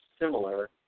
similar